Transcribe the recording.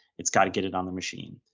it's got to get it on the machine.